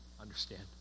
understand